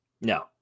No